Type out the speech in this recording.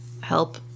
help